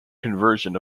conversion